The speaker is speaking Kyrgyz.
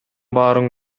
баарын